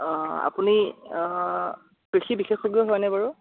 আপুনি অ' কৃষি বিশেষজ্ঞ হয়নে বাৰু